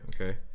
okay